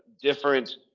different